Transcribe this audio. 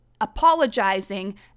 apologizing